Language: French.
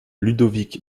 ludovic